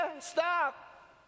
stop